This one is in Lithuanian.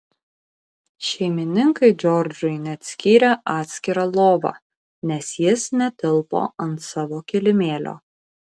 šeimininkai džordžui net skyrė atskirą lovą nes jis netilpo ant savo kilimėlio